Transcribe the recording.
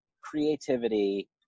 creativity